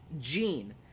gene